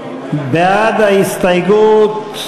בעד ההסתייגות,